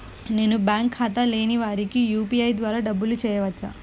నేను బ్యాంక్ ఖాతా లేని వారికి యూ.పీ.ఐ ద్వారా డబ్బులు వేయచ్చా?